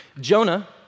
Jonah